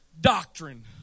doctrine